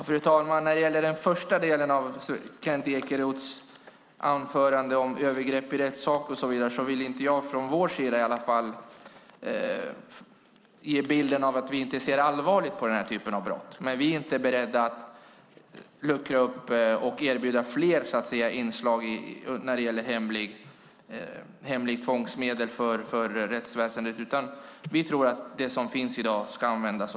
Fru talman! När det gäller den första delen av Kent Ekeroths inlägg, om övergrepp i rättssak, vill jag inte från vår sida ge bilden att vi inte ser allvarligt på den här typen av brott. Men vi är inte beredda att luckra upp och erbjuda fler inslag av hemliga tvångsmedel för rättsväsendet. Vi tror att det som finns i dag är tillräckligt.